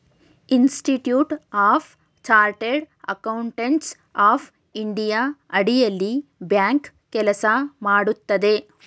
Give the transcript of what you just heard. institute of chartered accountants of India ಅಡಿಯಲ್ಲಿ bank ಕೆಲಸ ಮಾಡುತ್ತದೆ